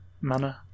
manner